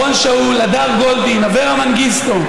אורון שאול, הדר גולדין, אברה מנגיסטו,